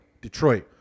Detroit